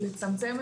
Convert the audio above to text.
משווקים לתעסוקה,